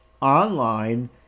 online